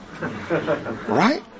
Right